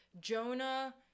Jonah